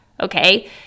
okay